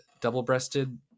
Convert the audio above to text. double-breasted